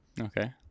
okay